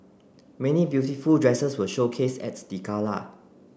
many beautiful dresses were showcased at the gala